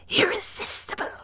irresistible